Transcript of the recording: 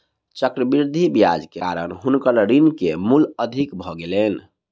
चक्रवृद्धि ब्याज के कारण हुनकर ऋण के मूल अधिक भ गेलैन